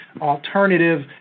alternative